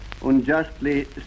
unjustly